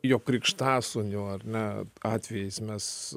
jo krikštasūnių ar ne atvejis mes